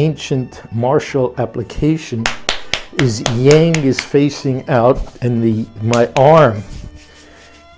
ancient martial application is yang is facing out in the my arm